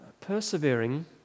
persevering